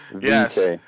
Yes